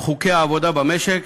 חוקי העבודה במשק